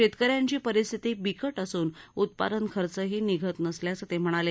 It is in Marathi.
शेतक यांची परिस्थिती बिकट असून उत्पादन खर्चही निघत नसल्याचं ते म्हणाले